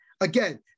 again